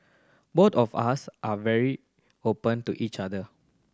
both of us are very open to each other